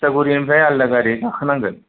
तितागुरिनिफ्राय आलादा गारि गाखो नांगोन